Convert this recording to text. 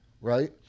right